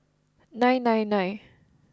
nine nine nine